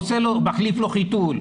הוא מחליף לו חיתול,